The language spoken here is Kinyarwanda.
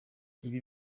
ibi